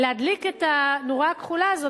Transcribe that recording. להדליק את הנורה הכחולה הזאת,